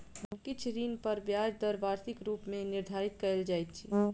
किछ ऋण पर ब्याज दर वार्षिक रूप मे निर्धारित कयल जाइत अछि